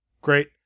Great